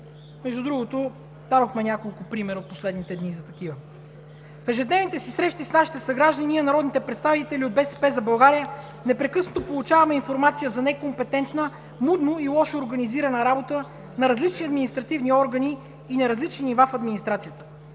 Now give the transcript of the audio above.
Между другото, дадохме няколко примера от последните дни за такива. В ежедневните си срещи с нашите съграждани ние, народните представители от „БСП за България“, непрекъснато получаваме информация за некомпетентна, мудно и лошо организирана работа на различни административни органи и на различни нива в администрацията.